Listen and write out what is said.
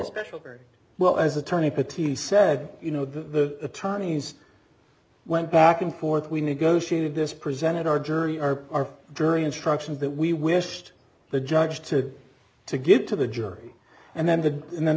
special very well as attorney pretty said you know the attorneys went back and forth we negotiated this presented our journey are our jury instructions that we wished the judge to to give to the jury and then the and then